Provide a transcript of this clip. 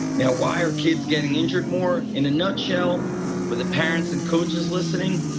now why are kids getting injured more? in a nutshell for the parents and coaches listening,